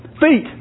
feet